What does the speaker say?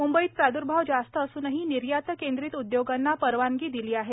मुंबईत प्रादर्भाव जास्त असूनही निर्यातकेंद्रित उद्योगांना परवानगी दिली आहे